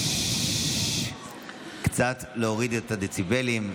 קצת להוריד את הדציבלים.